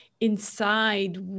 inside